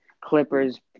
Clippers